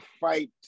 fight